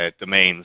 domains